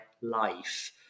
life